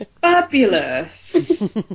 fabulous